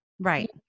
Right